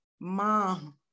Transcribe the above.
mom